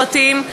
הפרטים,